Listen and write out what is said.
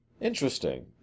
Interesting